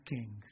kings